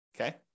Okay